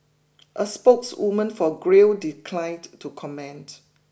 a spokeswoman for Grail declined to comment